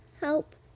Help